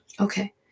Okay